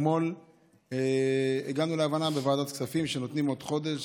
אתמול הגענו להבנה בוועדת הכספים שנותנים עוד חודש,